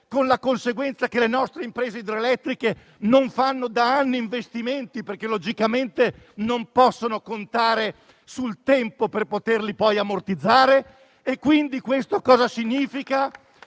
con la conseguenza che le nostre imprese idroelettriche non fanno da anni investimenti perché - logicamente - non possono contare sul tempo per poterli ammortizzare. Questo significa